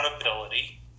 accountability